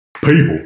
people